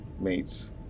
mates